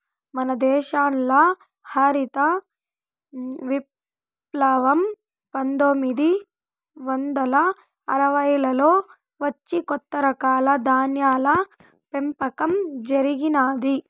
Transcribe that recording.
మన దేశంల హరిత విప్లవం పందొమ్మిది వందల అరవైలలో వచ్చి కొత్త రకాల ధాన్యాల పెంపకం జరిగినాది